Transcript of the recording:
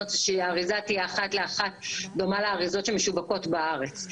היא שהאריזה תהיה אחת לאחת דומה לאריזות שמשווקות בארץ.